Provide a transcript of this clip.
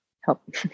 help